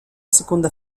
seconda